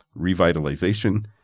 revitalization